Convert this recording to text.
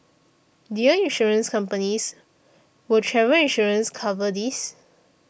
dear Insurance companies will travel insurance cover this